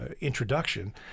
introduction